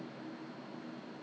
ah I see